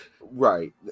Right